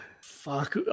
Fuck